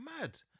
mad